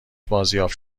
بازیافت